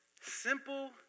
Simple